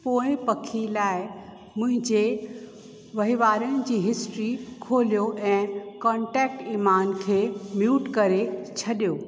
पोइ पखी लाइ मुंहिंजे वहिंवारनि जी हिस्ट्री खोलियो ऐं कॉंटैक्ट ईमान खे म्यूट करे छॾियो